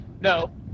no